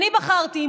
אני בחרתי,